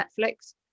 netflix